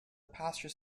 pasture